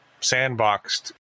sandboxed